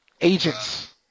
Agents